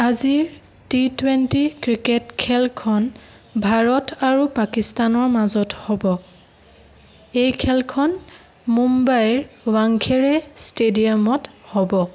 আজিৰ T twenty cricket খেলখন ভাৰত আৰু পাকিস্তানৰ মাজত হ'ব এই খেলখন মোম্বাইৰ ৱাংখেৰে ষ্টেডিয়ামত হ'ব